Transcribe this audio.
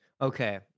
Okay